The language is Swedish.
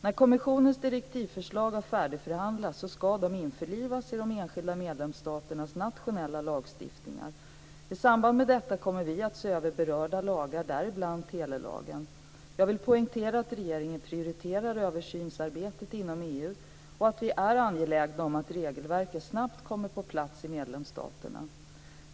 När kommissionens direktivförslag har färdigförhandlats ska de införlivas i de enskilda medlemsstaternas nationella lagstiftningar. I samband med detta kommer vi att se över berörda lagar, däribland telelagen. Jag vill poängtera att regeringen prioriterar översynsarbetet inom EU och att vi är angelägna om att regelverket snabbt kommer på plats i medlemsstaterna.